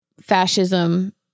fascism